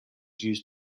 used